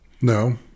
No